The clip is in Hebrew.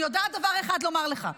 דבר אחד אני יודעת לומר לך: